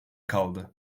kaldı